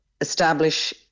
establish